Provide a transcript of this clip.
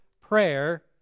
Prayer